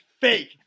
fake